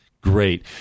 Great